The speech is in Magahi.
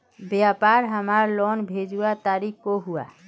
व्यापार हमार लोन भेजुआ तारीख को हुआ?